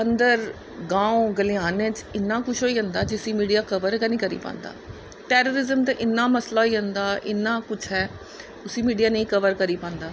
अंदर गाओं गलेआनें च इ'न्ना कुछ होई जंदा जिसी मिडिया कबर गै नेईं करी पांदा टैरिरिज्म ते इ'न्ना मसला होई जंदा इ'न्ना कुछ ऐ कि कोई पुच्छै मिडिया नेईं कबर करी पांदा